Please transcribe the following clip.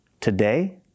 Today